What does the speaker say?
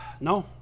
no